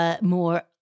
more